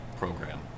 program